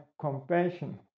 compassion